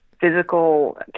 physical